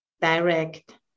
direct